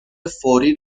فوری